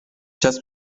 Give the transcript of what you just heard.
just